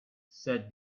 said